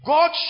God